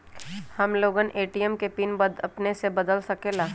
हम लोगन ए.टी.एम के पिन अपने से बदल सकेला?